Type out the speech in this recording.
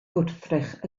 gwrthrych